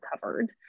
covered